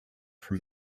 from